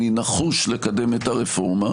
אני נחוש לקדם את הרפורמה,